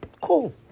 Cool